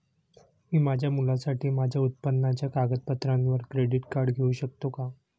मी माझ्या मुलासाठी माझ्या उत्पन्नाच्या कागदपत्रांवर क्रेडिट कार्ड घेऊ शकतो का?